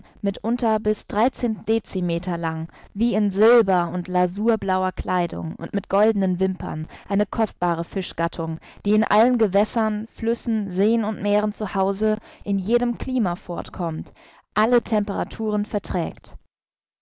mitunter bis dreizehn decimeter lang wie in silber und lasurblauer kleidung und mit goldenen wimpern eine kostbare fischgattung die in allen gewässern flüssen seen und meeren zu hause in jedem klima fortkommt alle temperaturen verträgt